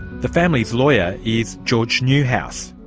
the family's lawyer is george newhouse,